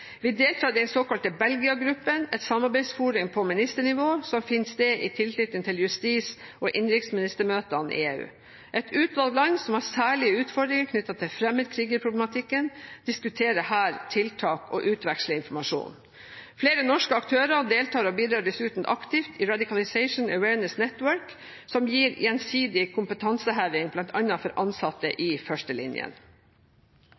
Vi deltar i den såkalte Belgia-gruppen, et samarbeidsforum på ministernivå som finner sted i tilknytning til justis- og innenriksministermøtene i EU. Et utvalg av land som har særlige utfordringer knyttet til fremmedkrigerproblematikken, diskuterer her tiltak og utveksler informasjon. Flere norske aktører deltar og bidrar dessuten aktivt i Radicalisation Awareness Network, som gir gjensidig kompetanseheving, bl.a. for ansatte